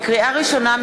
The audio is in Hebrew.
לקריאה ראשונה,